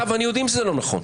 אתה ואני יודעים שזה לא נכון.